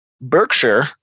Berkshire